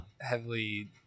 heavily